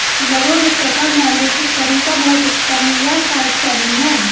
लघु वित्त का मौलिक तरीका भौतिक कम या शॉर्ट सेलिंग है